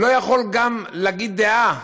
לא יכול גם להגיד דעה,